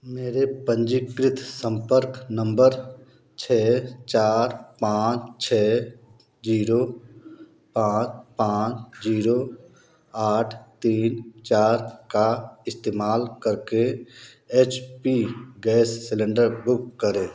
मेरे पंजीकृत संपर्क नम्बर छः चार पाँच छः जीरो पाँच पाँच जीरो आठ तीन चार का इस्तेमाल करके H P gas cylinder book करें